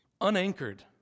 unanchored